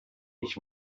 ich